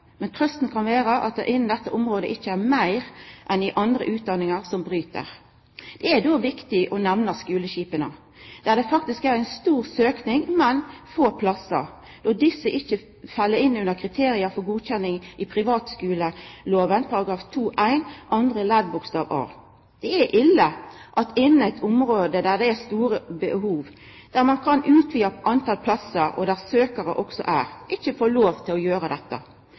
Men trøysta kan vera at det innan dette området ikkje er fleire som avbryt enn i andre utdanningar. Det er viktig å nemna skuleskipa, der det faktisk er stor søkning, men få plassar, då desse ikkje fell inn under kriteria for godkjenning i privatskuleloven § 2-1 andre ledd bokstav a. Det er ille at ein innan eit område der det er store behov, der ein kan utvida talet på plassar, og der det også er søkjarar, ikkje får lov til å gjera dette.